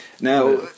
Now